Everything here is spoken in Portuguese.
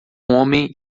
homem